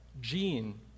gene